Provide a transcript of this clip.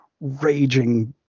raging